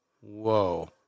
Whoa